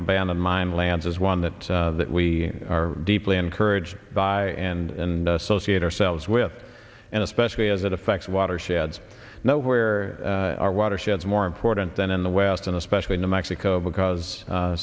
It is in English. abandoned mine lands is one that that we are deeply encouraged by and and associate ourselves with and especially as it affects watersheds know where our watersheds more important than in the west and especially new mexico because